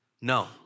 No